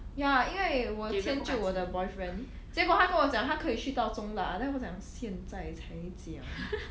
ya 因为我迁就我的 boyfriend 结果他跟我讲他可以去到中辣 then 我讲现在才讲